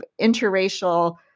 interracial